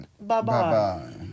Bye-bye